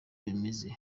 bimeze